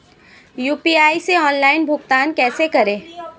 UPI से online भुगतान कैसे करें?